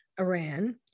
Iran